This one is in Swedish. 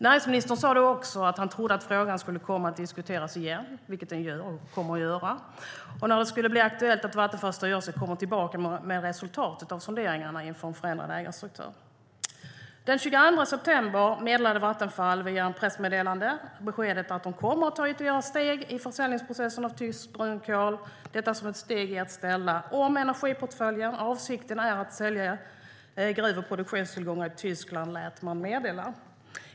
Näringsministern sa då också att han trodde att frågan skulle komma att diskuteras igen, vilket den gör och kommer att göra, om det skulle bli aktuellt att Vattenfalls styrelse kommer tillbaka med resultatet av sonderingarna inför en förändrad ägarstruktur. Den 22 september gav Vattenfall via ett pressmeddelande beskedet att de kommer att ta ytterligare steg i processen för försäljning av tyskt brunkol - detta som ett steg i att ställa om energiportföljen. Avsikten är att sälja gruv och produktionstillgångar i Tyskland, lät man meddela.